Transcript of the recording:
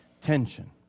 tension